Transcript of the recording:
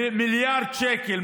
מה עשית בשביל, מיליארד שקל.